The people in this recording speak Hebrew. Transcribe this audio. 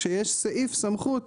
כשיש סעיף סמכות